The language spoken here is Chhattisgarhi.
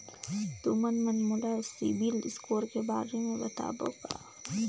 तुमन मन मोला सीबिल स्कोर के बारे म बताबो का?